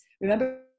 Remember